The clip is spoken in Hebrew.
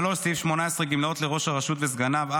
סעיפים 14-8, צמצום ההון השחור, (3)